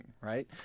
right